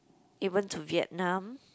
even to Vietnam